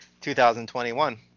2021